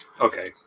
okay